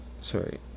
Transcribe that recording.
Sorry